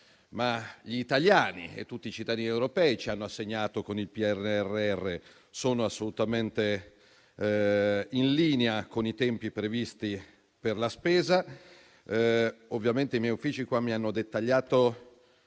ma gli italiani e tutti i cittadini europei ci hanno assegnato con il PNRR e che sono assolutamente in linea con i tempi previsti per la spesa. I miei uffici mi hanno dettagliato